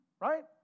Right